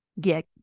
get